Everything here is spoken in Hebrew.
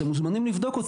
אתם מוזמנים לבדוק אותי.